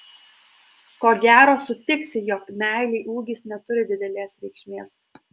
ko gero sutiksi jog meilei ūgis neturi didelės reikšmės